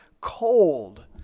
cold